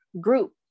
group